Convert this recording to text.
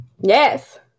Yes